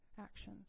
actions